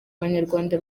abanyarwanda